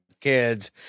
kids